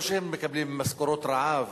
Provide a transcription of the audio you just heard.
לא שהם מקבלים משכורות רעב.